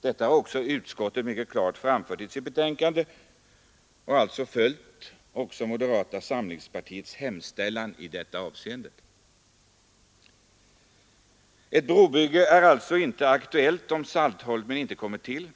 Detta har också utskottet mycket klart framfört i sitt betänkande och alltså följt moderata samlingspartiets hemställan i detta avseende. Ett brobygge är alltså inte aktuellt om Saltholm inte kommer till.